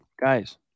guys